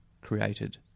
created